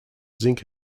zinc